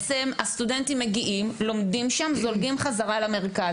הסטודנטים מגיעים, לומדים שם, וזולגים חזרה למרכז.